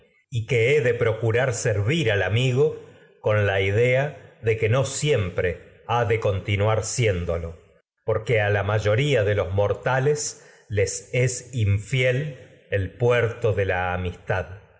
y que he de procu servir rar al amigo con la idea de que no siempre ha de continuar siéndolo porque a la mayoría de los mortales puerto de la amistad